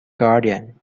guardian